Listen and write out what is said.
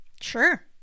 Sure